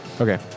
Okay